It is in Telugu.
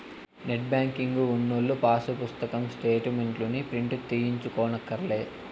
నెట్ బ్యేంకింగు ఉన్నోల్లు పాసు పుస్తకం స్టేటు మెంట్లుని ప్రింటు తీయించుకోనక్కర్లే